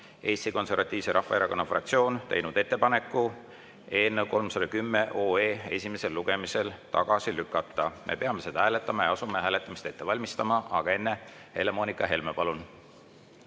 Eesti Konservatiivse Rahvaerakonna fraktsioon teinud ettepaneku eelnõu 310 esimesel lugemisel tagasi lükata. Me peame seda hääletama. Asume hääletamist ette valmistama. Aga enne, Helle‑Moonika Helme, palun!